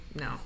No